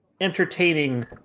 entertaining